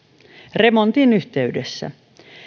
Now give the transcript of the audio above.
remontin yhteydessä